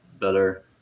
better